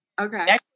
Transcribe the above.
Okay